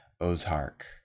Ozark